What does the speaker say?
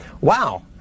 wow